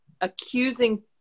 accusing